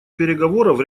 переговоров